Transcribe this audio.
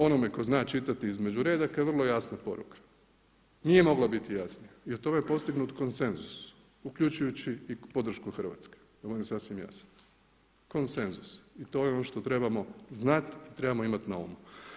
Onome tko zna čitati između redaka vrlo jasna poruka, nije mogla biti jasnija i o tome je postignut konsenzus uključujući i podršku Hrvatske, da bude sasvim jasan, konsenzus i to je ono što trebamo znati i trebamo imati na umu.